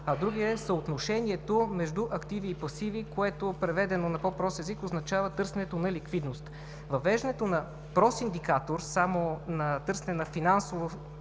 а другият е съотношението между активи и пасиви, което, преведено на по-прост език, означава търсенето на ликвидност. Въвеждането на прост индикатор само на търсене на финансово